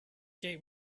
gate